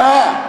כמנהגך.